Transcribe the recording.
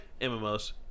MMOs